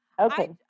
Okay